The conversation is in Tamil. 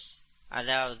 அதாவது V Vm2